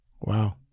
Wow